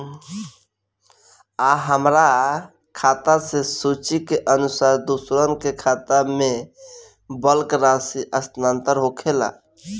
आ हमरा खाता से सूची के अनुसार दूसरन के खाता में बल्क राशि स्थानान्तर होखेला?